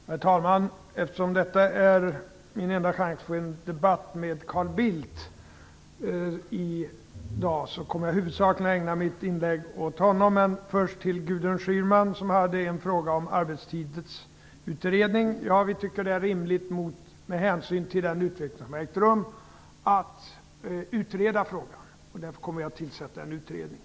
Herr talman! Eftersom detta är min enda chans att få en debatt med Carl Bildt i dag, kommer jag huvudsakligen att ägna mitt inlägg åt honom. Men först några ord till Gudrun Schyman, som hade en fråga om arbetstidsutredning. Ja, vi tycker att det är rimligt med hänsyn till den utveckling som har ägt rum att utreda frågan, och vi kommer därför att tillsätta en sådan utredning.